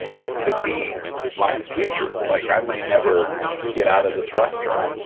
this could be my future. like i might never get out of this restaurant.